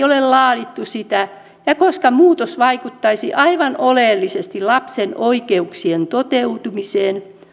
ole laadittu sitä ja koska muutos vaikuttaisi aivan oleellisesti lapsen oikeuksien toteutumiseen